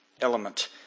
element